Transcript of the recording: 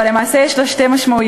אבל למעשה יש לה שתי משמעויות,